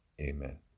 Amen